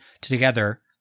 together